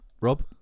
Rob